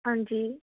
ਹਾਂਜੀ